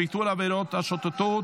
ביטול עבירת השוטטות),